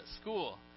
school